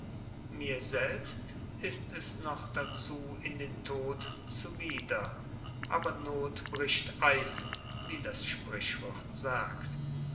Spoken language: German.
mir selbst ist es noch dazu in den tod zuwider aber not bricht eisen wie das sprüchwort sagt